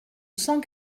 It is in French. cent